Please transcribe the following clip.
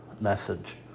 message